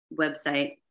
website